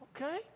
okay